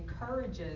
encourages